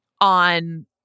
on